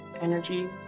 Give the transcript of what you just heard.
energy